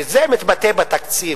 וזה מתבטא בתקציב.